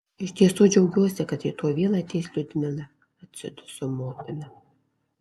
iš tiesų džiaugiuosi kad rytoj vėl ateis liudmila atsiduso motina